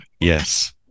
Yes